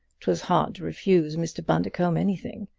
it was hard to refuse mr. bundercombe anything.